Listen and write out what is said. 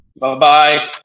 Bye-bye